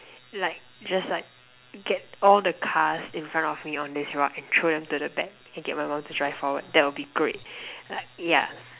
like just like get all the cars in front of me on this rod and throw them to the back and get my mum to drive forward that would be great like yeah